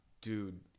dude